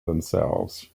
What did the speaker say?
themselves